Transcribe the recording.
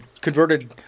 converted